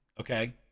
okay